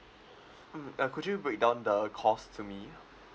mm uh could you break down the cost to me